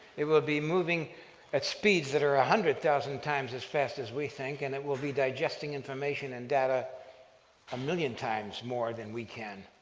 it will be moving at speeds that are a hundred thousand times as fast as we think, and it will be digesting information and data a million times more than we can.